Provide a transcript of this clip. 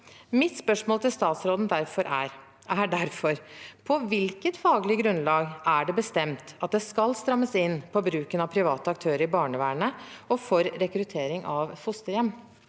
Mitt spørsmål til statsråden er derfor: På hvilket faglig grunnlag er det bestemt at det skal strammes inn på bruken av private aktører i barnevernet og for rekruttering av fosterhjem?